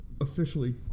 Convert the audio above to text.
officially